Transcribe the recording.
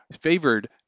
favored